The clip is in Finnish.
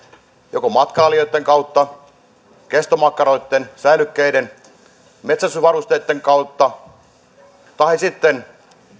joko matkailijoitten kautta kestomakkaroitten säilykkeiden metsästysvarusteitten kautta tahi sitten